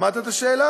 שמעת את השאלה?